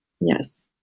Yes